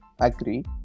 Agree